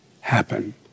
happen